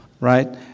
right